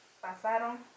pasaron